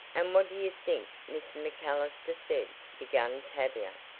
and what do you think mr. macallister said? began tavia.